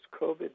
COVID